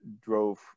drove